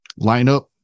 lineup